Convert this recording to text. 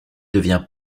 devient